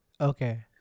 Okay